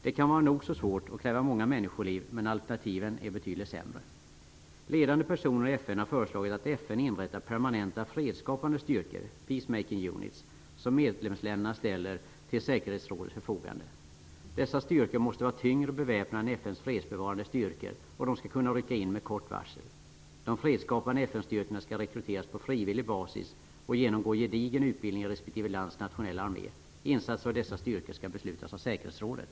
Det kan vara nog så svårt och kräva många människoliv, men alternativen är betydligt sämre. Ledande personer i FN har föreslagit att FN ''peacemaking units'', som medlemsländerna ställer till säkerhetsrådets förfogande. Dessa styrkor måste vara tyngre beväpnade än FN:s fredsbevarande styrkor och de skall kunna rycka in med kort varsel. De fredsskapande FN-styrkorna skall rekryteras på frivillig basis och genomgå gedigen utbildning i respektive lands nationella armé. Insatser av dessa styrkor skall beslutas av säkerhetsrådet.